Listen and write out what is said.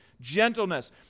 gentleness